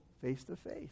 face-to-face